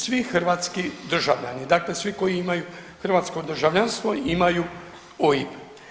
Svi hrvatski državljani dakle svi koji imaju hrvatsko državljanstvo imaju OIB.